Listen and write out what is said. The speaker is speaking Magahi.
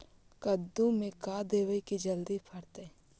कददु मे का देबै की जल्दी फरतै?